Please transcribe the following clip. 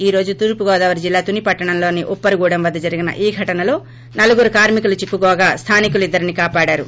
ఈ రోజు తూర్పుగోదావరి జిల్లా తుని పట్లణంలోని ఉప్పరగూడెం వద్ద జరిగిన ఈ ఘటనలో నలుగురు కార్మికులు చిక్కుకోగా స్టానికులు ఇద్దరిని కాపాడారు